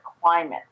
climate